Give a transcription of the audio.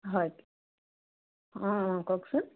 হয় অঁ অঁ কওকচোন